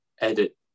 edit